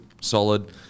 solid